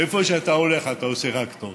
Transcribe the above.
איפה שאתה הולך אתה עושה רק טוב.